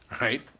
Right